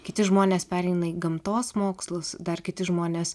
kiti žmonės pereina į gamtos mokslus dar kiti žmonės